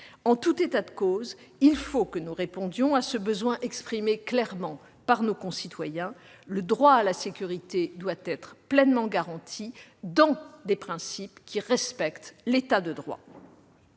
En tout état de cause, il faut que nous répondions à ce besoin clairement exprimé par nos concitoyens : le droit à la sécurité doit être pleinement garanti, dans des principes qui respectent l'État de droit.